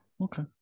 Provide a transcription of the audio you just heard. Okay